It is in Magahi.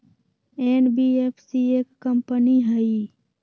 एन.बी.एफ.सी एक कंपनी हई?